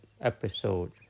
episode